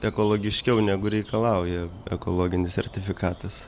ekologiškiau negu reikalauja ekologinis sertifikatas